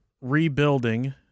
rebuilding